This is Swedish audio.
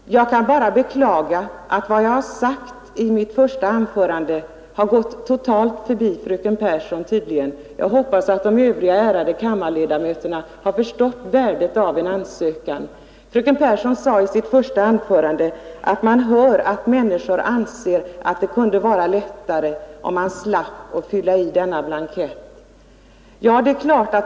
Herr talman! Jag kan bara beklaga att vad jag sade i mitt första anförande tydligen totalt gick förbi fröken Pehrsson. Jag hoppas att de övriga ärade kammarledamöterna har förstått värdet av en ansökan. Fröken Pehrsson sade i sitt första anförande att man hör att människor anser att det skulle vara lättare om man slapp att fylla i denna blankett.